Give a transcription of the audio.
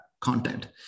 content